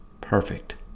perfect